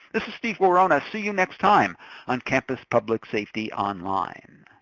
this is steve worona. see you next time on campus public safety online.